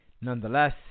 Nonetheless